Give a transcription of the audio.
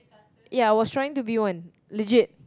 ya I was trying to be one legit